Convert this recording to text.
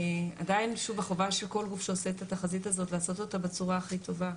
עדיין החובה של כל גוף שעושה את התחזית הזאת לעשות אותה בצורה הכי טובה.